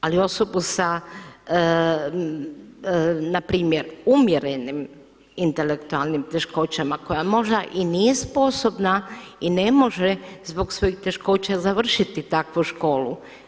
Ali osobu sa, npr. umjerenim intelektualnim teškoćama koja možda i nije sposobna i ne može zbog svojih teškoća završiti takvu školu.